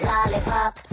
Lollipop